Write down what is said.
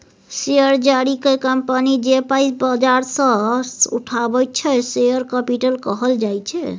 share जारी कए company जे पाइ बजार सँ उठाबैत छै शेयर कैपिटल कहल जाइ छै